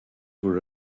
were